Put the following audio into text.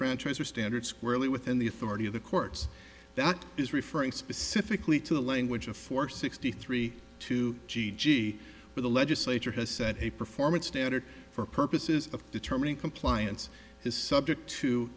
franchise or standard squarely within the authority of the courts that is referring specifically to the language of four sixty three two g g for the legislature has set a performance standard for purposes of determining compliance is subject to